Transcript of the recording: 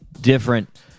different